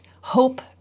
hope